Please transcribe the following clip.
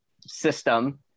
system